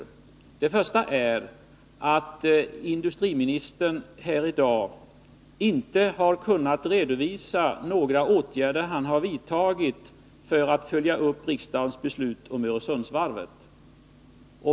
För det första har industriministern här i dag inte kunnat redovisa några åtgärder som han har vidtagit för att följa riksdagens beslut om Öresundsvarvet.